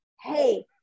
hey